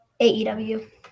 AEW